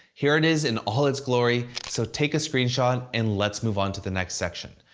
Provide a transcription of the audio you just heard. here it is in all its glory, so take a screenshot and let's move on to the next section,